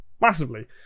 massively